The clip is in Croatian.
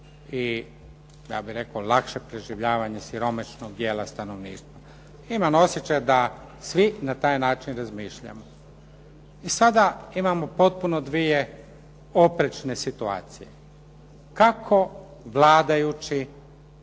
opskrbu i lakše preživljavanje siromašnog dijela stanovništva. Imam osjećaj da svi na taj način razmišljamo. I sada imamo potpuno dvije oprečne situacije. Kako vladajući